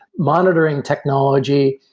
monitoring technology.